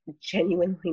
genuinely